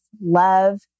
love